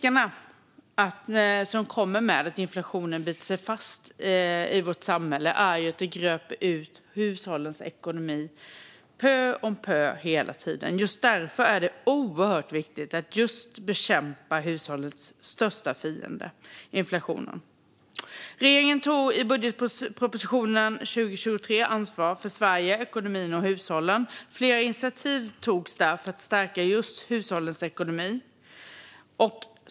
En risk som kommer om inflationen biter sig fast i vårt samhälle är att den gröper ur hushållens ekonomi pö om pö. Därför är det oerhört viktigt att just bekämpa hushållens största fiende, inflationen. I budgetpropositionen för 2023 tog regeringen ansvar för Sveriges ekonomi och hushåll. Flera initiativ togs för att stärka hushållens ekonomi.